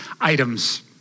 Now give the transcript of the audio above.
items